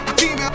team